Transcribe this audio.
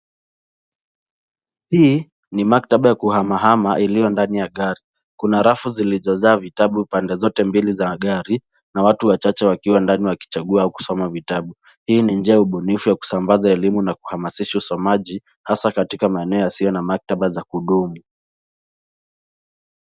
Hii ni maktaba ya kuhamahama iliyo ndani ya gari. Kuna rafu zilizojaa vitabu pande zote mbili za gari na watu wachache wakiwa ndani wakichagua kusoma vitabu. Hii ni njia ubunifu ya kusabaza elimu na kuhamasisha usomaji hasa katika maeneo yasiyo na maktaba za kudumu.